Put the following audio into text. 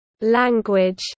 Language